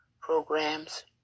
programs